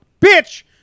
bitch